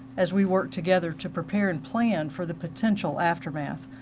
as we work together to prepare and plan for the potential aftermath.